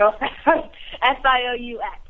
S-I-O-U-X